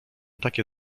takie